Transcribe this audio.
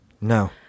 No